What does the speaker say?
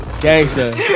Gangster